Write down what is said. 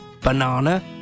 banana